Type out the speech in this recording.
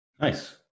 Nice